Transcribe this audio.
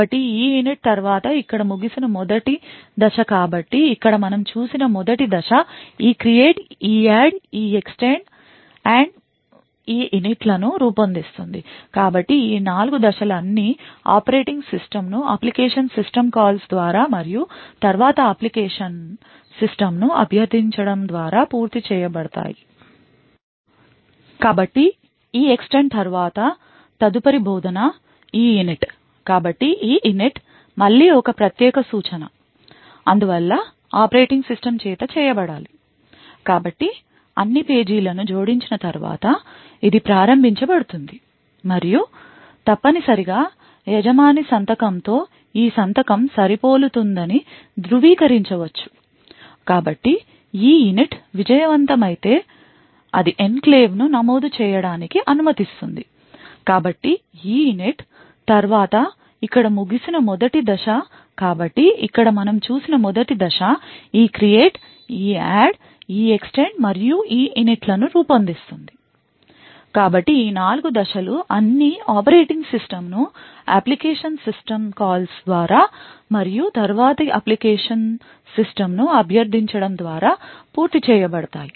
కాబట్టి EINIT తరువాత ఇక్కడ ముగిసిన మొదటి దశ కాబట్టి ఇక్కడ మనం చూసిన మొదటి దశ ECREATE EADD EEXTEND మరియు EINIT లను రూపొందిస్తుంది కాబట్టి ఈ 4 దశలు అన్నీ ఆపరేటింగ్ సిస్టమ్ను అప్లికేషన్ సిస్టమ్ కాల్స్ ద్వారా మరియు తరువాత అప్లికేషన్ సిస్టమ్ను అభ్యర్థించడం ద్వారా పూర్తి చేయబడతాయి